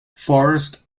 forest